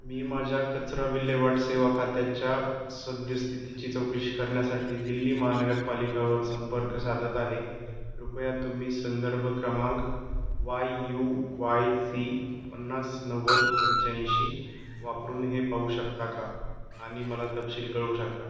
मी माझ्या कचरा विल्हेवाट सेवा खात्याच्या सद्यस्थितीची चौकशी करण्यासाठी दिल्ली महानगरपालिकावर संपर्क साधत आहे कृपया तुम्ही संदर्भ क्रमांक वाय यू वाय सी पन्नास नव्वद पंच्याऐंशी वापरून हे पाहू शकता का आणि मला तपशील कळवू शकता का